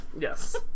Yes